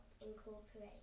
incorporate